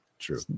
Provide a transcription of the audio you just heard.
true